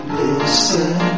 listen